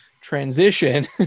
transition